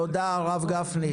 תודה, הרב גפני.